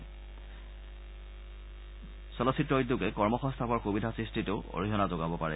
এইদৰে চলচ্চিত্ৰ জগতে কৰ্মসংস্থাপনৰ সুবিধা সৃষ্টিটো অৰিহণা যোগাব পাৰে